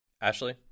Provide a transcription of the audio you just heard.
ashley